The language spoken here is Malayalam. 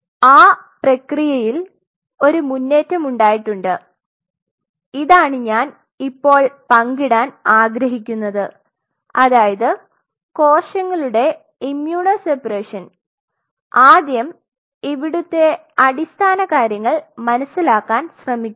എന്നാൽ ആ പ്രക്രിയയിൽ ഒരു മുന്നേറ്റമുണ്ടായിട്ടുണ്ട് ഇതാണ് ഞാൻ ഇപ്പോൾ പങ്കിടാൻ ആഗ്രഹിക്കുന്നത് അതായത് കോശങ്ങളുടെ ഇമ്യൂണോ സെപ്പറേഷൻ ആദ്യം ഇവിടുത്തെ അടിസ്ഥാന കാര്യങ്ങൾ മനസ്സിലാക്കാൻ ശ്രമിക്കുക